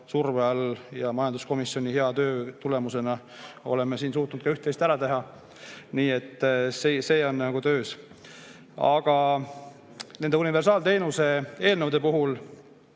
surve all ja majanduskomisjoni hea töö tulemusena oleme suutnud juba üht-teist ära teha. Nii et see on töös. Aga nende universaalteenuse eelnõude puhul